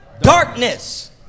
Darkness